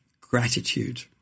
gratitude